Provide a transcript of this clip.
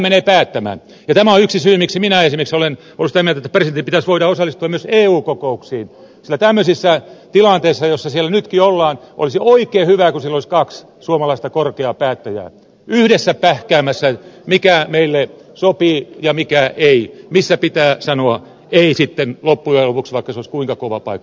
tämä on yksi syy miksi esimerkiksi minä olen ollut sitä mieltä että presidentin pitäisi voida osallistua myös eu kokouksiin sillä tämmöisissä tilanteissa joissa siellä nytkin ollaan olisi oikein hyvä kun siellä olisi kaksi suomalaista korkeaa päättäjää yhdessä pähkäämässä mikä meille sopii ja mikä ei missä pitää sanoa ei sitten loppujen lopuksi vaikka se olisi kuinka kova paikka